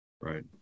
right